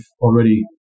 already